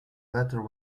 letter